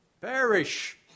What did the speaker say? perish